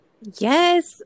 Yes